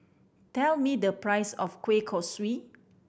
tell me the price of kueh kosui